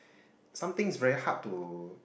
somethings very hard to